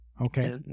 Okay